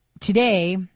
Today